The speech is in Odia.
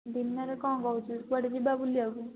ଦିନରେ କ'ଣ କହୁଛୁ କୁଆଡେ ଯିବା ବୁଲିବାକୁ